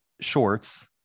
shorts